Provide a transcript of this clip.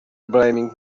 blaming